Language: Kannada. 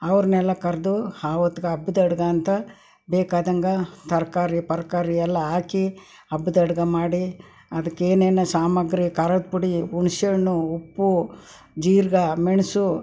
ಅವ್ರನ್ನೆಲ್ಲ ಕರೆದು ಅವತ್ಗೆ ಹಬ್ಬದ ಅಡುಗೆ ಅಂತ ಬೇಕಾದಂತೆ ತರಕಾರಿ ಪರ್ಕಾರಿ ಎಲ್ಲ ಹಾಕಿ ಹಬ್ಬದ ಅಡುಗೆ ಮಾಡಿ ಅದಕ್ಕೆ ಏನೇನು ಸಾಮಾಗ್ರಿ ಖಾರದ ಪುಡಿ ಹುಣಸೆ ಹಣ್ಣು ಉಪ್ಪು ಜೀರ್ಗೆ ಮೆಣಸು